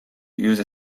use